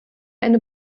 eine